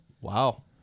Wow